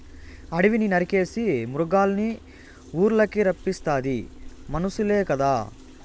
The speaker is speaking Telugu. అడివిని నరికేసి మృగాల్నిఊర్లకి రప్పిస్తాది మనుసులే కదా